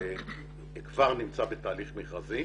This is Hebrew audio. כבר נמצא בתהליך מכרזי